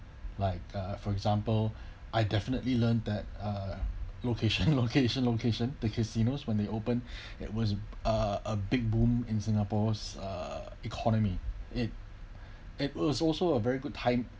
like uh for example I definitely learnt that uh location location location the casinos when they open it was a a big boom in singapore's uh economy it it was also a very good time